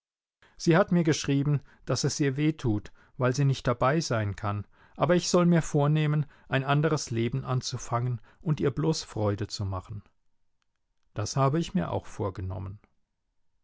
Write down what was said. sie hat mir geschrieben daß es ihr weh tut weil sie nicht dabei sein kann aber ich soll mir vornehmen ein anderes leben anzufangen und ihr bloß freude zu machen das habe ich mir auch vorgenommen